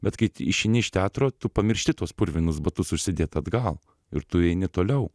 bet kai išeini iš teatro tu pamiršti tuos purvinus batus užsidėt atgal ir tu eini toliau